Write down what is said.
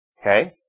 Okay